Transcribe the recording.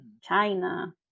China